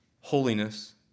holiness